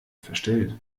verstellt